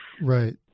Right